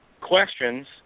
questions